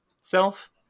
self